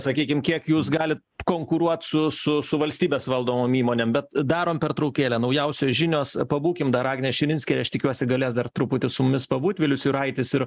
sakykim kiek jūs galit konkuruot su su su valstybės valdomom įmonėm bet darom pertraukėlę naujausios žinios pabūkime dar agnę širinskienę aš tikiuosi galės dar truputį su mumis pabūt vilius juraitis ir